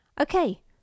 Okay